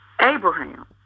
Abraham